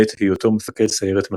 בעת היותו מפקד סיירת מטכ"ל.